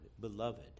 beloved